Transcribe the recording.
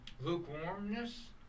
lukewarmness